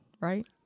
right